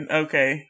okay